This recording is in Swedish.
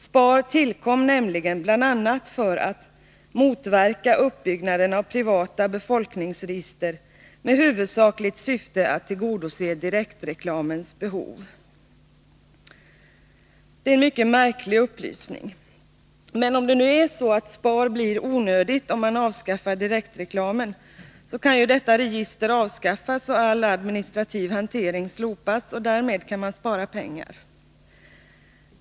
SPAR tillkom nämligen bl.a. för att motverka uppbyggnaden av privata befolkningsregister med huvudsakligt syfte att tillgodose direktreklamens behov.” Det är en mycket märklig upplysning. Men om nu SPAR blir onödigt, om man avskaffar direktreklamen, kan ju detta register avskaffas och all administrativ hantering slopas. Därmed kan man spara pengar.